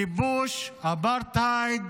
כיבוש, אפרטהייד